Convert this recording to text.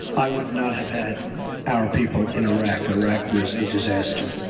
i would not have had our people in iraq. iraq was a disaster.